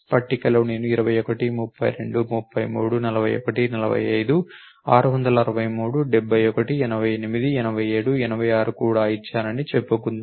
పట్టికలో నేను 21 32 33 41 45 663 71 88 87 86 కూడా ఇచ్చానని చెప్పుకుందాం